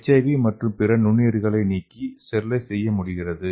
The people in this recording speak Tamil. எச்ஐவி மற்றும் பிற நுண்ணுயிரிகளை நீக்கி ஸ்டெரிலைஸ் செய்ய முடிகிறது